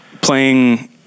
playing